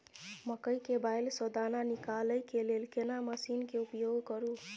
मकई के बाईल स दाना निकालय के लेल केना मसीन के उपयोग करू?